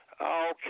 Okay